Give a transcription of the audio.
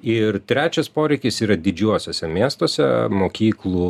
ir trečias poreikis yra didžiuosiuose miestuose mokyklų